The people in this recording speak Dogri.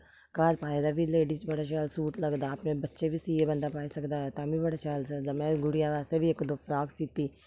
घार पाए दा बी लेडीज बड़ा शैल सूट लगदा अपने बच्चे बी सीऐ बंदा पाई सकदा ताह्म्मीं बड़ा शैल सजदा में गुड़िया बास्तै बी इक दो फ्राक सीती